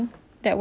oo